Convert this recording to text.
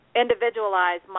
individualize